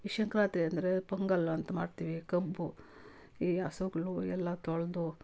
ಈ ಸಂಕ್ರಾಂತ್ರಿ ಅಂದರೆ ಪೊಂಗಲ್ಲು ಅಂತ ಮಾಡ್ತೀವಿ ಕಬ್ಬು ಈ ಹಸುಗ್ಳು ಎಲ್ಲ ತೊಳೆದು